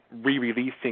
re-releasing